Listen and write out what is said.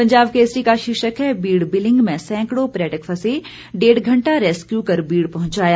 पंजाब केसरी का शीर्षक है बीड़ बिलिंग में सैंकड़ों पर्यटक फंसे डेढ़ घंटा रैसक्यू कर बीड़ पहुंचाया